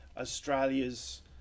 Australia's